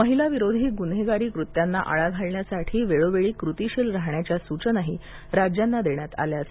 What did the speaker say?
महिलावीरोधी गुन्हेगारी कृत्यांना आळा घालण्यासाठी वेळोवेळी कृतीशील राहण्याच्या सूचना राज्यांना देण्यात आल्या आहेत